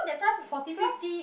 forty plus